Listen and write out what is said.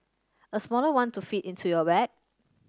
a smaller one to fit into your bag